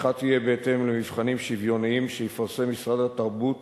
התמיכה תהיה בהתאם למבחנים שוויוניים שיפרסם משרד התרבות